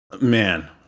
man